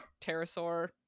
pterosaur